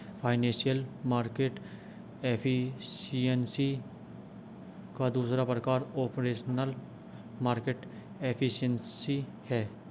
financial market efficiency का दूसरा प्रकार ऑपरेशनल मार्केट एफिशिएंसी है